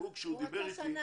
הוא רצה שנה.